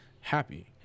happy